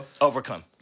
Overcome